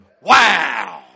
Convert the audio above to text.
wow